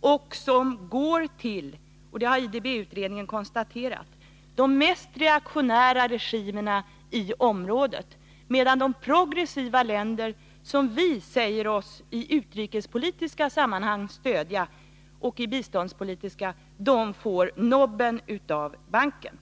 och som går till— det har IDB-utredningen konstaterat — de mest reaktionära regimerna i området, medan de progressiva länder som vi säger oss i utrikespolitiska och biståndspolitiska sammanhang stödja får nobben av banken.